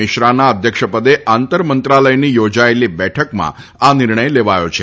મિશ્રાના અધ્યક્ષપદે આંતર મંત્રાલયની યોજાયેલી બેઠકમાં આ નિર્ણય લેવાયો છે